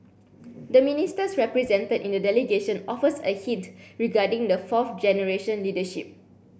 the Ministers represented in the delegation offers a hint regarding the fourth generation leadership